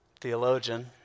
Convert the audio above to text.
theologian